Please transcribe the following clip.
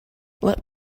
let